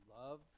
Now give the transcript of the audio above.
love